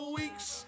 weeks